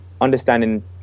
understanding